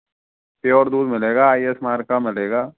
pure दूध मिलेगा आ ए एस मार्क का मिलेगा